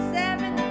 seven